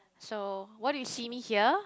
so what you see me here